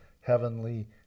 heavenly